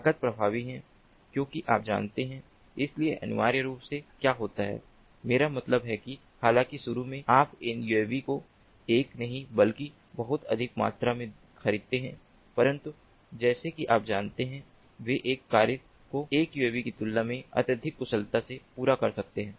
लागत प्रभावी है क्योंकि आप जानते हैं इसलिए अनिवार्य रूप से क्या होता है मेरा मतलब है कि हालांकि शुरू में आप इन यूएवी को एक नहीं बल्कि बहुत अधिक मात्रा में खरीदते हैं परन्तु जैसा कि आप जानते हैं वे एक कार्य को एक यूएवी की तुलना में अत्यधिक कुशलता से पूरा कर सकते हैं